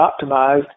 optimized